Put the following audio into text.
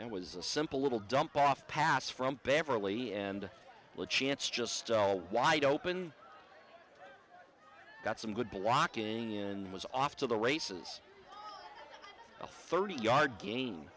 and was a simple little dump off pass from beverly and the chance just all wide open got some good blocking and was off to the races a thirty yard gain